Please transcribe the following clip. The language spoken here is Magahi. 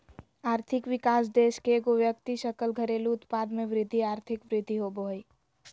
आर्थिक विकास देश के एगो व्यक्ति सकल घरेलू उत्पाद में वृद्धि आर्थिक वृद्धि होबो हइ